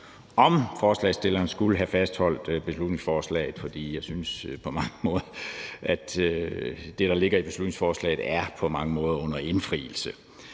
om forslagsstilleren skulle have fastholdt beslutningsforslaget, for jeg synes på mange måder, at det, der ligger i beslutningsforslaget, er under indfrielse.